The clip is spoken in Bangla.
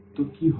তো কি হবে